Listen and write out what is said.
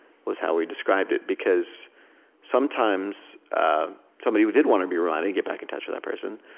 was how we described it because sometimes somebody who did want to be reminded to get back in touch with that person.